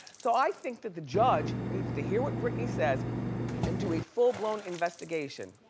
so i think that the judge needs to hear what britney says and do a full-blown investigation.